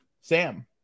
Sam